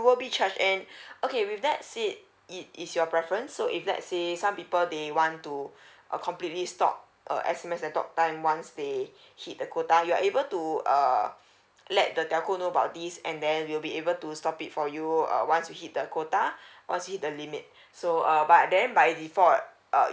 will be charged and okay with that say it it is your preference so if let's say some people they want to err completely stop uh S_M_S and talk time once they hit the quota you're able to uh let the telco know about this and then we'll be able to stop it for you uh once you hit the quota or hit the limit so uh but then by default uh